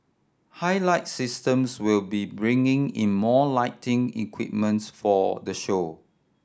Highlight Systems will be bringing in more lighting equipments for the show